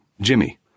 Jimmy